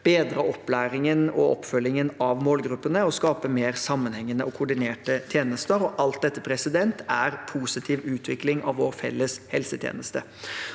bedre opplæringen og oppfølgingen av målgruppene og skape mer sammenhengende og koordinerte tjenester. Alt dette er positiv utvikling av vår felles helsetjeneste.